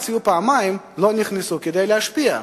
הציעו פעמיים הם לא נכנסו כדי להשפיע?